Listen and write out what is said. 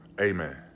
amen